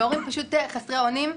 הורים פשוט חסרי אונים.